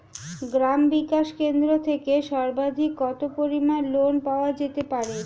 গ্রাম বিকাশ কেন্দ্র থেকে সর্বাধিক কত পরিমান লোন পাওয়া যেতে পারে?